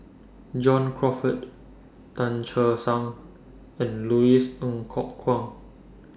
John Crawfurd Tan Che Sang and Louis Ng Kok Kwang